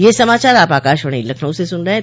ब्रे क यह समाचार आप आकाशवाणी लखनऊ से सुन रहे हैं